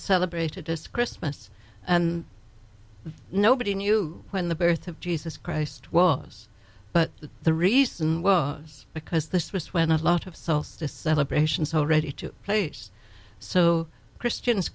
celebrated as christmas and nobody knew when the birth of jesus christ was but the reason was because this was when a lot of solstice celebrations already to place so christians